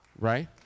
Right